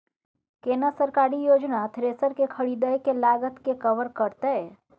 केना सरकारी योजना थ्रेसर के खरीदय के लागत के कवर करतय?